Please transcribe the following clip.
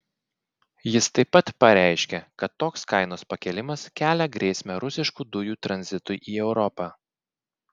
jis taip pat pareiškė kad toks kainos pakėlimas kelia grėsmę rusiškų dujų tranzitui į europą